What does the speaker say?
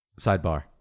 sidebar